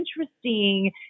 interesting